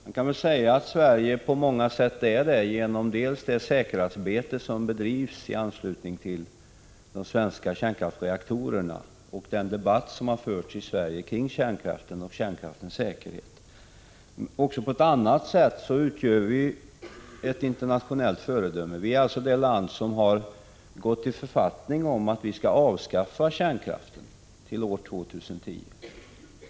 Man kan säga att Sverige på många sätt är det genom det säkerhetsarbete som bedrivs i anslutning till de svenska kärnkraftsreaktorerna och den debatt som förs i Sverige kring kärnkraften och dess säkerhet. Också på annat sätt utgör Sverige ett internationellt föredöme. Sverige är det land där man enligt författning skall avskaffa kärnkraften till år 2010.